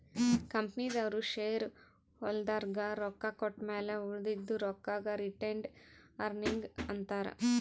ಕಂಪನಿದವ್ರು ಶೇರ್ ಹೋಲ್ಡರ್ಗ ರೊಕ್ಕಾ ಕೊಟ್ಟಮ್ಯಾಲ ಉಳದಿದು ರೊಕ್ಕಾಗ ರಿಟೈನ್ಡ್ ಅರ್ನಿಂಗ್ ಅಂತಾರ